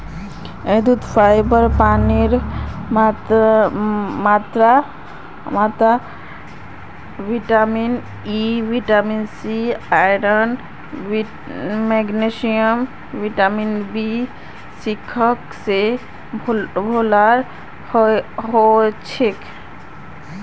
कद्दूत फाइबर पानीर मात्रा vitamin A vitamin C iron magnesium vitamin B six स भोराल हछेक